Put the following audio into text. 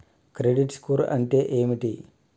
Credit score అంటే ఏమిటి?